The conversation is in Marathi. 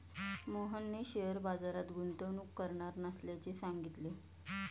मोहनने शेअर बाजारात गुंतवणूक करणार नसल्याचे सांगितले